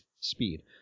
speed